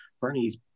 Bernie's